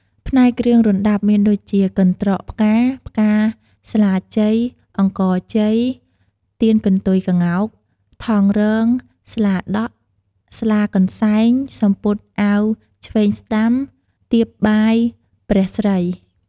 ផ្នែកគ្រឿងរណ្តាប់ មានដូចជា កន្ត្រកផ្កា ផ្កាស្លាជ័យ អង្ករជ័យ ទៀនកន្ទុយក្ងោក ថង់រង ស្លាដក់ ស្លាកន្សែង សំពត់អាវឆ្វេងស្តាំ តៀបបាយព្រះស្រី។